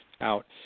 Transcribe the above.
out